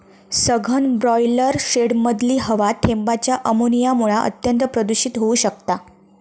सघन ब्रॉयलर शेडमधली हवा थेंबांच्या अमोनियामुळा अत्यंत प्रदुषित होउ शकता